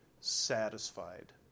satisfied